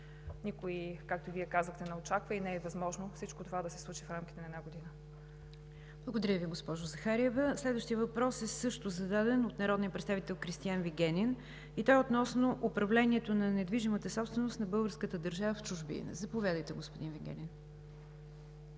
никой, както Вие казахте, не очаква и не е възможно всичко това да се случи в рамките на една година. ПРЕДСЕДАТЕЛ НИГЯР ДЖАФЕР: Благодаря Ви, госпожо Захариева. Следващият въпрос е зададен също от народния представител Кристиан Вигенин и той е относно управление на недвижимата собственост на българската държава в чужбина. Заповядайте, господин Вигенин.